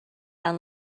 down